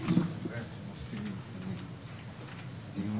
בעד אישור ההכרזה הזאת?